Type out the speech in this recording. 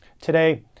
Today